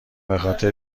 بخاطر